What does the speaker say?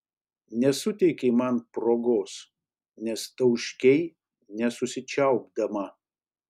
nesuteikei man progos nes tauškei nesusičiaupdama